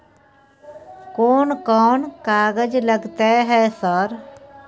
कोन कौन कागज लगतै है सर?